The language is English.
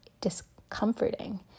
discomforting